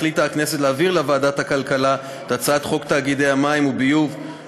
החליטה הכנסת להעביר לוועדת הכלכלה את הצעת חוק תאגידי מים וביוב,